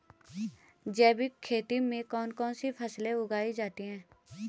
जैविक खेती में कौन कौन सी फसल उगाई जा सकती है?